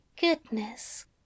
goodness